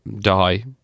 die